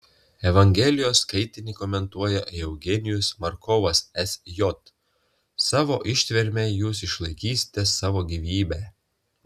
evangelijos skaitinį komentuoja eugenijus markovas sj savo ištverme jūs išlaikysite savo gyvybę